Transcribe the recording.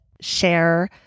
share